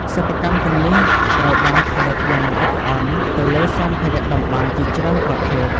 សិប្បកម្មទាំងនេះត្រូវបានផលិតយ៉ាងល្អិតល្អន់ទៅលើសម្ភារៈតម្បាញជាច្រើនប្រភេទ។